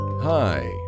Hi